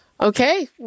Okay